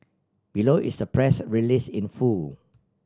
below is the press release in full